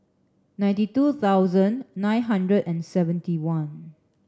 ninety two thousand nine hundred and seventy one